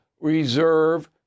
reserve